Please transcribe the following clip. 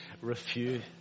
Refuse